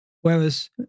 Whereas